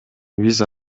биз